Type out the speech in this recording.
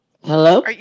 Hello